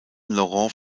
laurent